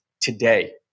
today